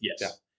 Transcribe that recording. Yes